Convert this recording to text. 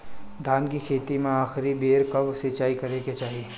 धान के खेती मे आखिरी बेर कब सिचाई करे के चाही?